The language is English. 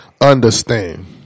understand